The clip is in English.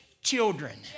children